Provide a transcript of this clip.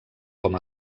com